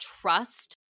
trust